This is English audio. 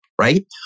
right